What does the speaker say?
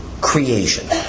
creation